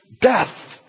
death